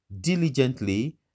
diligently